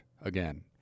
again